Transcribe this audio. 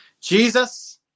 Jesus